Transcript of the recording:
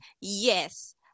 yes